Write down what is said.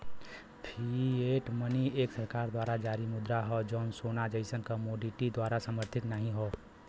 fiat money एक सरकार द्वारा जारी मुद्रा हौ जौन सोना जइसन कमोडिटी द्वारा समर्थित नाहीं हौ